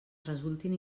resultin